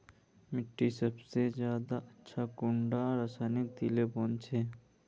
मिट्टी सबसे ज्यादा अच्छा कुंडा रासायनिक दिले बन छै?